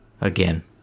again